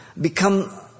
become